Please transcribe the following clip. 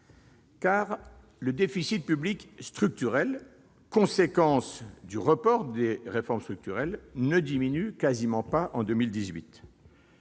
le déficit public structurel, conséquence du report des réformes structurelles, ne diminue pratiquement pas en 2018.